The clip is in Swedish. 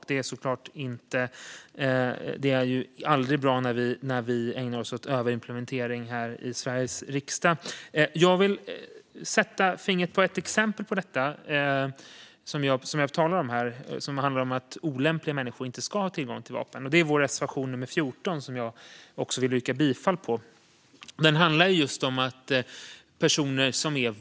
Det är såklart aldrig bra när vi ägnar oss åt överimplementering här i Sveriges riksdag. Jag vill sätta fingret på ett exempel på det jag talar om gällande att olämpliga människor inte ska ha tillgång till vapen. Det gäller vår reservation nummer 14, som jag också yrkar bifall till.